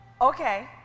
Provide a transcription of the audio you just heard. okay